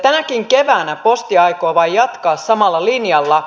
tänäkin keväänä posti aikoo vain jatkaa samalla linjalla